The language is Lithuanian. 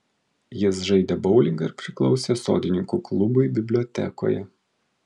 jis žaidė boulingą ir priklausė sodininkų klubui bibliotekoje